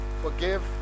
forgive